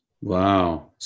Wow